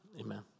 amen